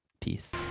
Peace